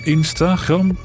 Instagram